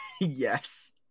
yes